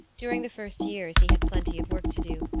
during the first years he had plenty of work to do,